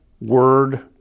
word